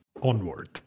onward